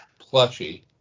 plushie